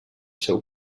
seu